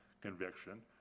conviction